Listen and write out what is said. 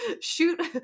shoot